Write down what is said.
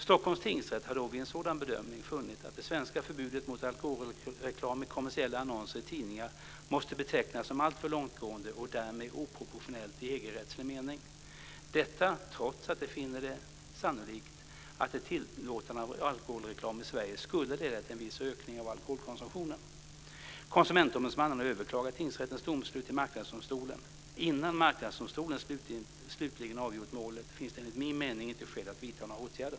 Stockholms tingsrätt har då vid en sådan bedömning funnit att det svenska förbudet mot alkoholreklam i kommersiella annonser i tidningar måste betecknas som alltför långtgående och därmed oproportionellt i EG-rättslig mening. Detta trots att den finner det vara sannolikt att ett tillåtande av alkoholreklam i Sverige skulle leda till en viss ökning av alkoholkonsumtionen. Konsumentombudsmannen har överklagat tingsrättens domslut till Marknadsdomstolen. Innan Marknadsdomstolen slutligen avgjort målet finns det enligt min mening inte skäl att vidta några åtgärder.